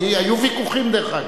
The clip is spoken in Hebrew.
היו ויכוחים, דרך אגב.